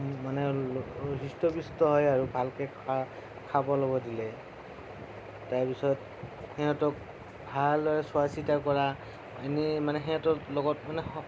মানে হৃষ্টপুষ্ট হয় আৰু ভালকৈ খাব ল'ব দিলে তাৰপিছত সিহঁতক ভালদৰে চোৱা চিতা কৰা এনেই মানে সিহঁতৰ লগত মানে